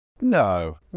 No